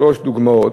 שלוש דוגמאות: